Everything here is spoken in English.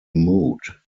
mood